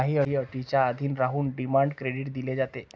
काही अटींच्या अधीन राहून डिमांड क्रेडिट दिले जाते